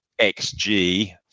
XG